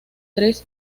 tres